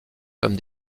comme